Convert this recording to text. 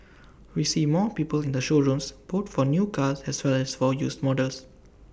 we see more people in the showrooms both for new cars as well as for used models